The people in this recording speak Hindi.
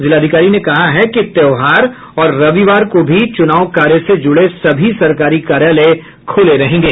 जिलाधिकारी ने कहा है कि त्योहार और रविवार को भी चुनाव कार्य से जुड़े सभी सरकारी कार्यालय खुले रहेंगे